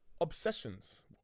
obsessions